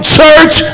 church